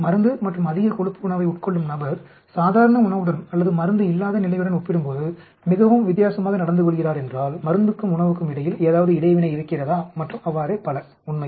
மருந்து மற்றும் அதிக கொழுப்பு உணவை உட்கொள்ளும் நபர் சாதாரண உணவுடன் அல்லது மருந்து இல்லாத நிலையுடன் ஒப்பிடும்போது மிகவும் வித்தியாசமாக நடந்து கொள்கிறாரென்றால் மருந்துக்கும் உணவுக்கும் இடையில் ஏதாவது இடைவினை இருக்கிறதா மற்றும் அவ்வாறே பல உண்மையில்